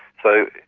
so,